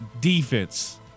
defense